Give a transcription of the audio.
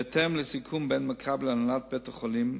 בהתאם לסיכום בין "מכבי" להנהלת בית-החולים,